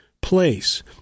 place